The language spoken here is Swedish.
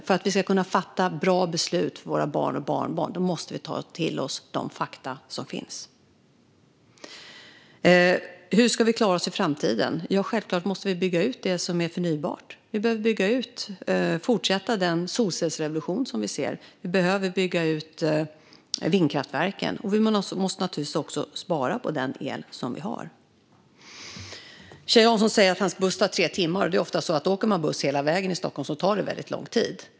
Om vi ska kunna fatta bra beslut för våra barn och barnbarn måste vi ta till oss de fakta som finns. Hur ska vi klara oss i framtiden? Ja, självklart måste vi bygga ut det som är förnybart. Vi behöver fortsätta med den solcellsrevolution som vi ser. Vi behöver bygga ut vindkraftverken. Vi måste naturligtvis också spara på den el vi har. Kjell Jansson säger att hans buss tar tre timmar. Åker man buss hela vägen i Stockholm tar det ofta väldigt lång tid.